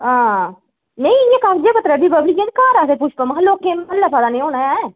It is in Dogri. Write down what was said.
हां नेईं इ'यां कागजें पत्तरें बी बबली ऐ ते घर आखदे पुष्पा महां लोकें ई म्हल्लै पता निं होना ऐ